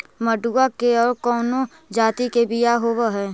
मडूया के और कौनो जाति के बियाह होव हैं?